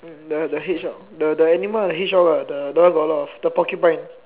the the hedgehog the the animal hedgehog ah the the one got a lot of the porcupine